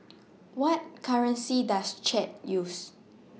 What currency Does Chad use